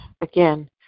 again